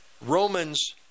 Romans